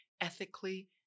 ethically